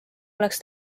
oleks